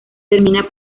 termina